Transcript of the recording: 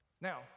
Now